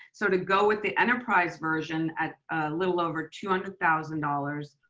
so to go with the enterprise version at a little over two hundred thousand dollars,